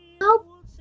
Nope